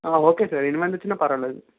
ఆ okay sir ఎనిమిది మంది వచ్చినా పర్వాలేదు